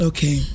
Okay